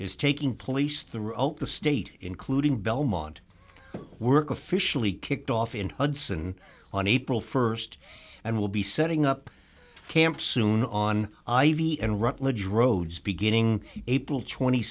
is taking place throughout the state including belmont work officially kicked off in hudson on april st and will be setting up camp soon on ivy and rutledge roads beginning april t